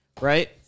right